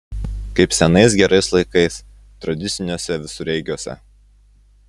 kaip senais gerais laikais tradiciniuose visureigiuose